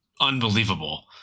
unbelievable